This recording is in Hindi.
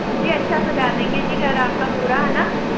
जी अच्छा सजा देंगे जी घर आपका पूरा है न